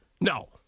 No